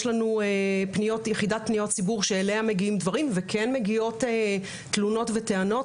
יש לנו יחידת פניות ציבור שאליה מגיעים דברים וכן מגיעות תלונות וטענות.